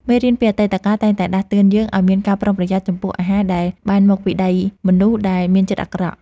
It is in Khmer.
មេរៀនពីអតីតកាលតែងតែដាស់តឿនយើងឱ្យមានការប្រុងប្រយ័ត្នចំពោះអាហារដែលបានមកពីដៃមនុស្សដែលមានចិត្តអាក្រក់។